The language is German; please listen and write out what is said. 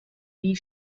wie